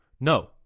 No